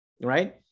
right